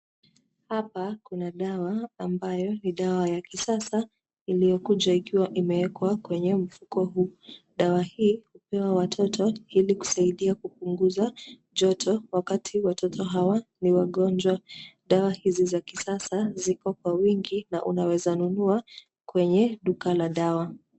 Hapa kuna dawa ambayo ni dawa ya kisasa, iliyokuja ikiwa imewekwa kwenye mfuko huu. Dawa hii hupewa watoto ili kusaidia kupunga joto wakati watoto hawa ni wangojwa. Dawa hizi za kisasa ziko kwa wingi na unaweza nunua kwenye duka la dawa.